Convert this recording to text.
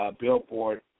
Billboard